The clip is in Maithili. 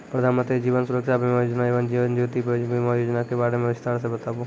प्रधान मंत्री जीवन सुरक्षा बीमा योजना एवं जीवन ज्योति बीमा योजना के बारे मे बिसतार से बताबू?